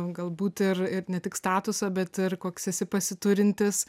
galbūt ir ir ne tik statusą bet ir koks esi pasiturintis